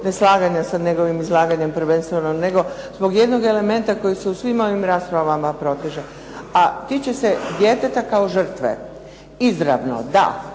neslaganja sa njegovim izlaganjem prvenstveno, nego zbog jednog elementa koji se u svim ovim raspravama proteže, a tiče se djeteta kao žrtve. Izravno da,